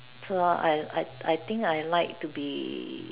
so I I I think I like to be